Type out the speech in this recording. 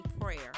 prayer